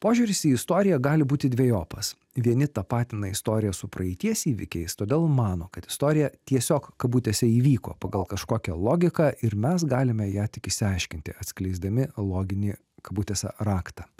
požiūris į istoriją gali būti dvejopas vieni tapatina istoriją su praeities įvykiais todėl mano kad istorija tiesiog kabutėse įvyko pagal kažkokią logiką ir mes galime ją tik išsiaiškinti atskleisdami loginį kabutėse raktą